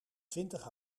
twintig